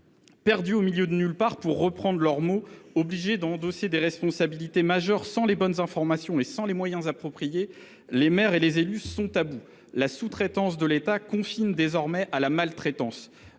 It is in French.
« Perdus au milieu de nulle part », pour reprendre leurs termes, obligés d’endosser des responsabilités majeures sans disposer des bonnes informations et des moyens appropriés, les maires et les élus sont à bout. La sous traitance de l’État confine désormais à la maltraitance.